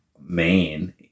man